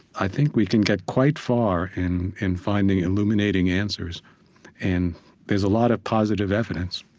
i think we can get quite far in in finding illuminating answers and there's a lot of positive evidence.